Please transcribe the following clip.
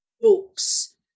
books